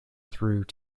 through